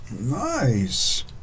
Nice